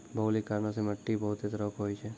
भौगोलिक कारणो से माट्टी बहुते तरहो के होय छै